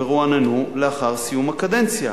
ורועננו לאחר סיום הקדנציה.